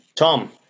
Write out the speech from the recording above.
Tom